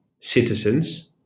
citizens